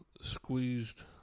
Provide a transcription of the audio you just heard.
squeezed